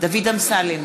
דוד אמסלם,